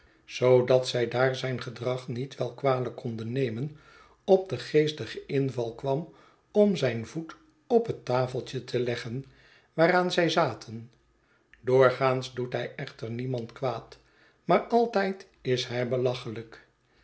zoodat zij daar zijn gedrag niet wel kwalijk konden nemen op den geestigen inval kwam om zijn voet op net tafeltje te leggen waaraan zij zaten doorgaans doet hij echter niemand kwaad maar altijd is hij belachelijk